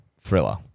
thriller